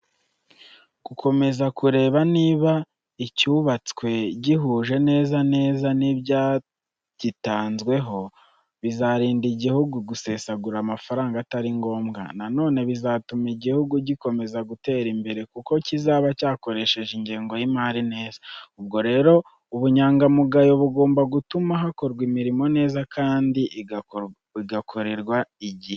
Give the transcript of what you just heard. Gukomeza kureba niba icyubatswe gihuje neza neza nibyagitanzweho, bizarinda igihugu gusesagura amafaranga atari ngombwa. Na none bizatuma igihugu gikomeza gutera imbere, kuko kizaba cyakoresheje ingengo y'imari neza. Ubwo rero ubunyangamugayo bugomba gutuma hakorwa imirimo neza kandi igakorerwa igihe.